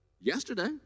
Yesterday